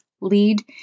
lead